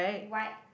white